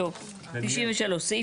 טוב, 93. סעיף